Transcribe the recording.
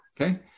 okay